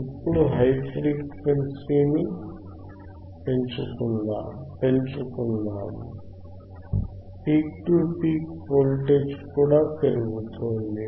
ఇప్పుడు ఫ్రీక్వెన్సీని పెంచుకుందాం పీక్ టు పీక్ వోల్టేజ్ కూడా పెరుగుతోంది